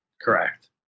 Correct